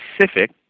specific